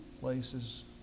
places